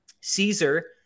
Caesar